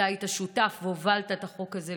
אתה היית שותף והובלת את החוק הזה,